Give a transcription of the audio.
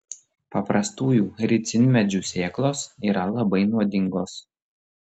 paprastųjų ricinmedžių sėklos yra labai nuodingos